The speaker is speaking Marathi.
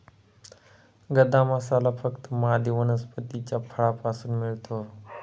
गदा मसाला फक्त मादी वनस्पतीच्या फळापासून मिळतो